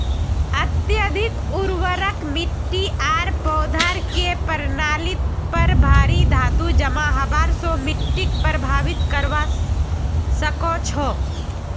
अत्यधिक उर्वरक मिट्टी आर पौधार के प्रणालीत पर भारी धातू जमा हबार स मिट्टीक प्रभावित करवा सकह छह